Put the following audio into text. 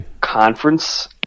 conference